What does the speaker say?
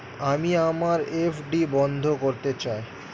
আমি আমার এফ.ডি বন্ধ করতে চাই